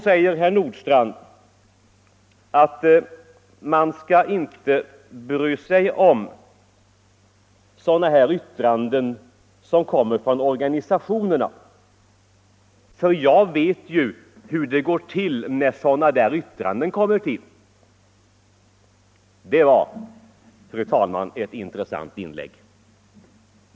Men herr Nordstrandh säger att man inte skall bry sig om yttranden från organisationer, för han vet hur det går till när sådana yttranden kommer till. Det var, fru talman, ett intressant uttalande.